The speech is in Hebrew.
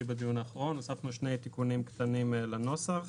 בדיון האחרון הוספנו שני תיקונים קטנים לנוסח.